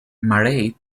murray